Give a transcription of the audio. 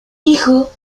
hijo